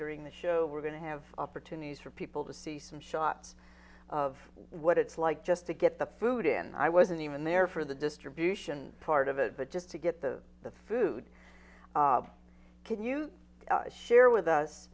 during the show we're going to have opportunities for people to see some shots of what it's like just to get the food in i wasn't even there for the distribution part of it but just to get the the food can you share with us